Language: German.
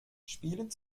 spielen